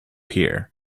here